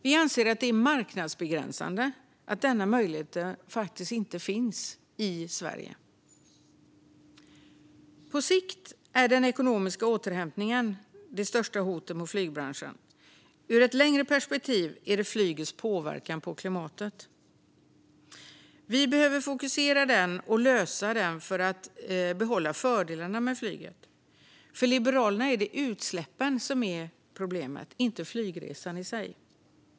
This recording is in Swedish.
Vi anser att det är marknadsbegränsande att denna möjlighet inte finns i Sverige. På kort sikt är frågan om den ekonomiska återhämtningen det största hotet mot flygbranschen. I ett längre perspektiv är det flygets påverkan på klimatet vi behöver fokusera på och lösa för att behålla fördelarna med flyget. För Liberalerna är det utsläppen som är problemet, inte flygresan i sig.